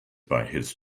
his